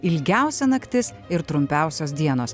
ilgiausia naktis ir trumpiausios dienos